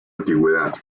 antigüedad